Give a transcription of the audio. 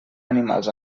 animals